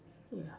ya